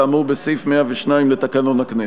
כאמור בסעיף 102 לתקנון הכנסת.